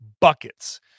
buckets